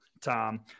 Tom